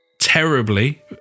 terribly